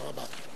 תודה רבה.